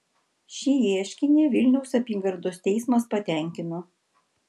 šį ieškinį vilniaus apygardos teismas patenkino